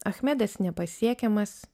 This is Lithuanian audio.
achmedas nepasiekiamas